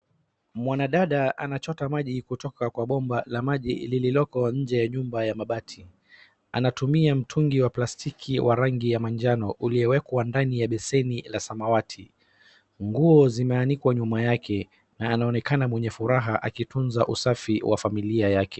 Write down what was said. Mwanadada anachota maji kutoka kwa bomba la maji lililoko nje ya nyumba ya mabati. Anatumia mtungi wa plastiki wa rangi ya majano uliowekwa ndani ya beseni la samawati. Nguo zimeanikwa nyuma yake na anaonekana mwenye furaha akitunza usafi wa familia yake.